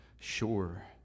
sure